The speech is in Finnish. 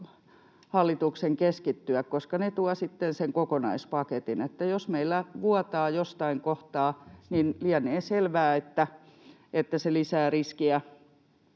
hallituksen keskittyä, koska ne tuovat sitten sen kokonaispaketin, että jos meillä vuotaa jostain kohtaa, niin lienee selvää, että se lisää riskiä